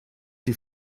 die